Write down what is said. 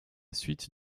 suite